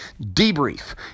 debrief